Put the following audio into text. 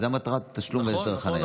זו מטרת התשלום בהסדר חניה.